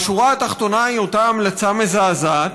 והשורה התחתונה היא אותה המלצה מזעזעת,